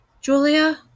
Julia